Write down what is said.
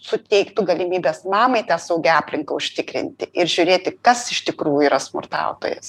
suteiktų galimybes mamai tą saugią aplinką užtikrinti ir žiūrėti kas iš tikrųjų yra smurtautojas